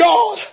God